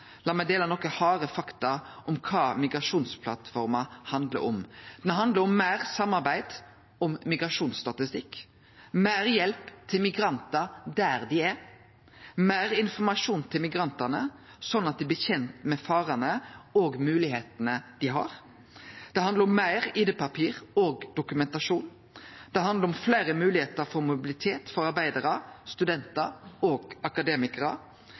La meg dele nokre harde fakta om kva migrasjonsplattforma handlar om. Ho handlar om: meir samarbeid om migrasjonsstatistikk meir hjelp til migrantar der dei er meir informasjon til migrantane, så dei blir kjende med farane og med moglegheitene dei har meir id-papir og dokumentasjon fleire moglegheiter for mobilitet for arbeidarar, studentar og akademikarar